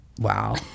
wow